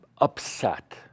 upset